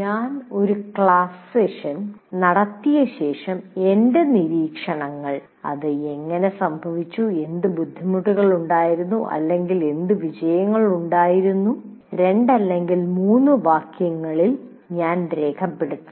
ഞാൻ ഒരു class session നടത്തിയ ശേഷം എന്റെ നിരീക്ഷണങ്ങൾ അത് എങ്ങനെ സംഭവിച്ചു എന്ത് ബുദ്ധിമുട്ടുകൾ ഉണ്ടായിരുന്നു അല്ലെങ്കിൽ എന്ത് വിജയങ്ങൾ ഉണ്ടായിരുന്നു 2 അല്ലെങ്കിൽ 3 വാക്യങ്ങളിൽ ഞാൻ രേഖപ്പെടുത്തുന്നു